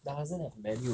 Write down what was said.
doesn't have menu